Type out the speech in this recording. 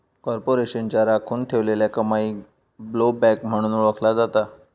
कॉर्पोरेशनच्या राखुन ठेवलेल्या कमाईक ब्लोबॅक म्हणून ओळखला जाता